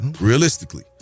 Realistically